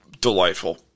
Delightful